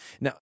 Now